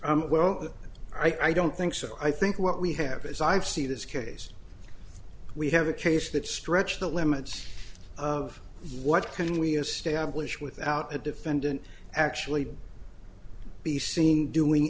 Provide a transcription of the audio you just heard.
here well i don't think so i think what we have is i've see this case we have a case that stretch the limits of what can we establish without a defendant actually be seen doing